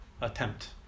attempt